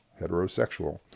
heterosexual